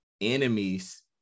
enemies